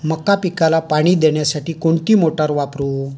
मका पिकाला पाणी देण्यासाठी कोणती मोटार वापरू?